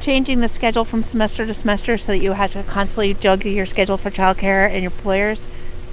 changing the schedule from semester to semester so that you have to constantly juggle your schedule for child care and your employers